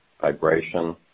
vibration